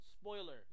spoiler